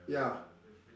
ya